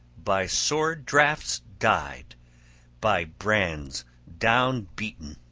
by sword-draughts died, by brands down-beaten.